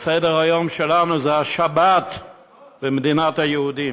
סדר-היום שלנו זה השבת במדינת היהודים.